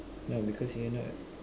no because you're not